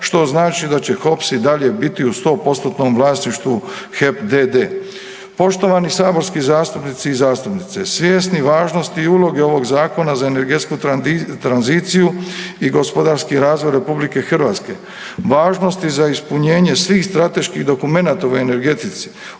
što znači da će HOPS i dalje biti u 100%-tnom vlasništvu HEP d.d. Poštovani saborski zastupnici i zastupnice, svjesni važnosti i uloge ovog zakona za energetsku tranziciju i gospodarski razvoj RH, važnosti za ispunjenje svih strateških dokumenata u energetici,